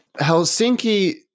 Helsinki